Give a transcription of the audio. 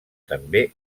també